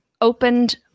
opened